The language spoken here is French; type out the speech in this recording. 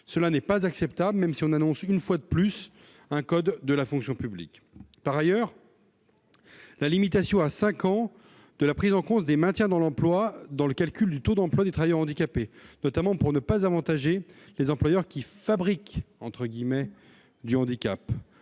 qui n'est pas acceptable, même si l'on annonce une nouvelle fois un code de la fonction publique ; la limitation à cinq ans de la prise en compte des maintiens dans l'emploi dans le calcul du taux d'emploi des travailleurs handicapés, notamment pour ne pas avantager les employeurs qui « fabriquent » du handicap